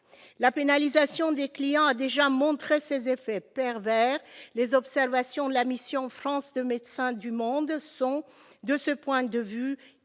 la pénalisation des clients a déjà montré ses effets pervers, les observations de la mission France de Médecins du monde sont de ce point de vue